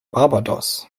barbados